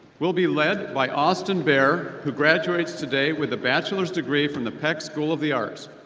we'll be led by austin bare who graduates today with a bachelor's degree from the peck school of the arts.